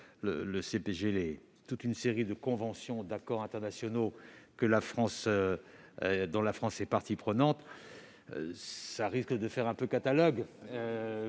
le CPG toute une série de conventions et d'accords internationaux dont la France est partie prenante risque de faire catalogue.